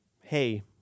hey